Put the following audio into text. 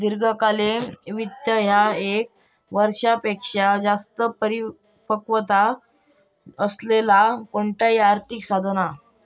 दीर्घकालीन वित्त ह्या ये क वर्षापेक्षो जास्त परिपक्वता असलेला कोणताही आर्थिक साधन असा